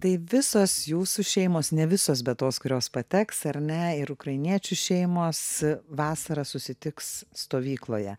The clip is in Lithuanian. tai visos jūsų šeimos ne visos bet tos kurios pateks ar ne ir ukrainiečių šeimos vasarą susitiks stovykloje